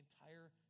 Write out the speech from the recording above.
entire